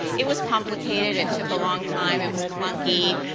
it was complicated, it took a long time, it was clunky,